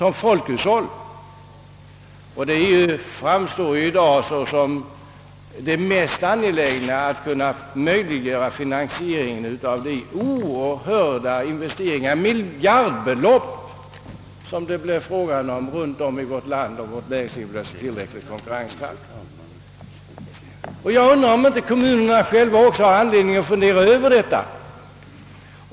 I dag framstår som det mest angelägna att man möjliggör finansieringen av de oerhörda investeringar — uppgående till miljardbelopp — som behövs runt om i vårt land om näringslivet skall bli tillräckligt konkurrenskraftigt. Jag undrar om inte kommunerna också har anledning att fundera över detta.